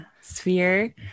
Sphere